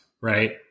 right